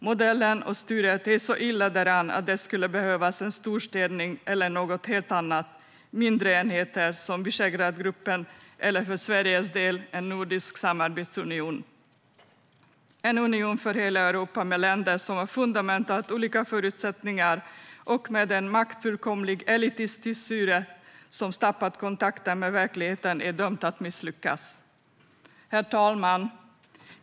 Modellen och styret är så illa däran att det skulle behövas en storstädning eller något helt annat, mindre enheter, till exempel Visegrádgruppen, eller för Sveriges del en nordisk samarbetsunion. En union för hela Europa med länder som har fundamentalt olika förutsättningar, och med ett maktfullkomligt elitiskt styre som tappat kontakten med verkligheten, är dömd att misslyckas. Herr talman!